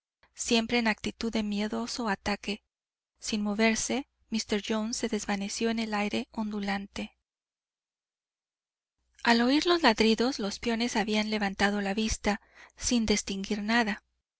siempre en actitud de miedoso ataque sin moverse míster jones se desvaneció en el aire ondulante al oir los ladridos los peones habían levantado la vista sin distinguir nada